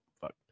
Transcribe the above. fuck